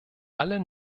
alle